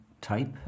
type